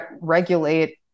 regulate